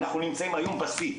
אנחנו נמצאים היום בשיא,